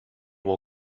will